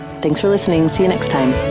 thanks for listening. see you next time